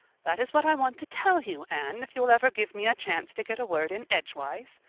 that is what i want to tell you, anne, if you'll ever give me a chance to get a word in edgewise.